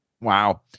Wow